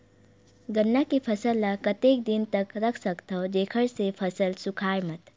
गन्ना के फसल ल कतेक दिन तक रख सकथव जेखर से फसल सूखाय मत?